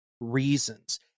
reasons